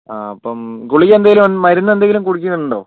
ആഹ് അപ്പം ഗുളിക എന്തെങ്കിലും മരുന്ന് എന്തെങ്കിലും കുടിക്കുന്നുണ്ടോ